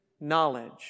knowledge